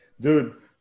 Dude